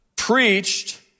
preached